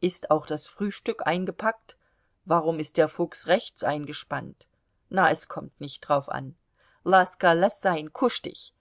ist auch das frühstück eingepackt warum ist der fuchs rechts eingespannt na es kommt nicht drauf an laska laß sein kusch dich